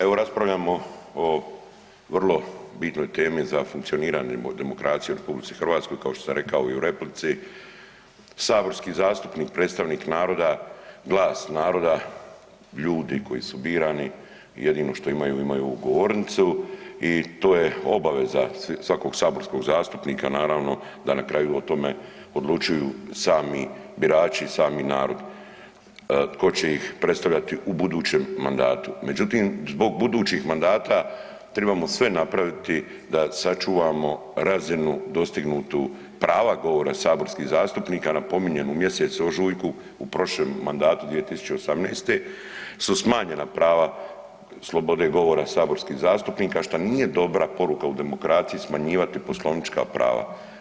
Evo raspravljamo o vrlo bitnoj temi za funkcioniranje demokracije u RH, kao što sam rekao i u replici, saborski zastupnik, predstavnik naroda, glas naroda, ljudi koji su birani, jedino što imaju imaju govornicu i to je obaveza svakog saborskog zastupnika naravno, da na kraju o tome odlučuju sami birači, sami narod ko će ih predstavljati u budućem mandatu međutim zbog budućih mandata, tribamo sve napraviti da sačuvamo razinu dostignutu prava govora saborskih zastupnika, napominjem u mjesecu ožujku u prošlom mandatu 2018. su smanjena prava slobode govora saborskih zastupnika što nije dobra poruka u demokraciji smanjivati poslovnička prava.